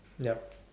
yup